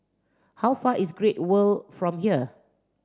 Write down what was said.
how far is Great World from here